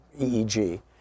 EEG